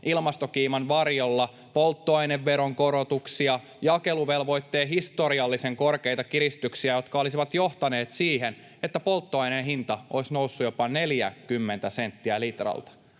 ilmastokiiman varjolla polttoaineveron korotuksia ja jakeluvelvoitteen historiallisen korkeita kiristyksiä, jotka olisivat johtaneet siihen, että polttoaineen hinta olisi noussut jopa 40 senttiä litralta.